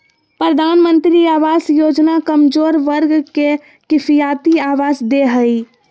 प्रधानमंत्री आवास योजना कमजोर वर्ग के किफायती आवास दे हइ